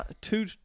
two